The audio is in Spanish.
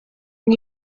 new